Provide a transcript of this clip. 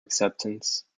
acceptance